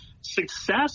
success